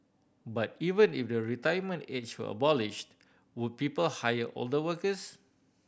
but even if the retirement age were abolished would people hire older workers